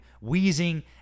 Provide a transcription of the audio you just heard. wheezing